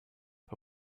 but